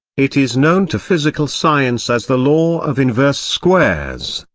it is known to physical science as the law of inverse squares,